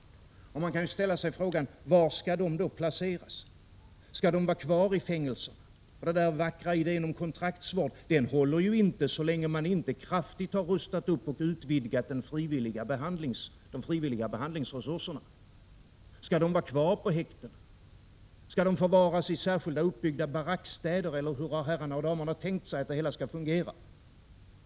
Man kan ställa sig frågan: Var skall de då placeras? Skall de vara kvar i fängelserna? Den där vackra idén om kontraktsvård håller ju inte så länge man inte kraftigt har rustat upp och utvidgat resurserna för den frivilliga behandlingen. Skall de vara kvar i häktena? Skall de förvaras i särskilt uppbyggda barackstäder, eller hur har herrarna och damerna tänkt sig att det hela skall fungera?